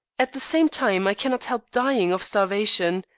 at the same time, i cannot help dying of starvation.